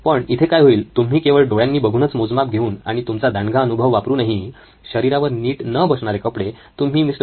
पण इथे काय होईल तुम्ही केवळ डोळ्यांनी बघूनच मोजमाप घेऊन आणि तुमचा दांडगा अनुभव वापरूनही शरीरावर नीट न बसणारे कपडे तुम्ही मिस्टर Mr